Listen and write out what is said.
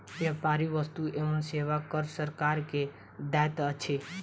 व्यापारी वस्तु एवं सेवा कर सरकार के दैत अछि